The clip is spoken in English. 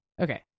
Okay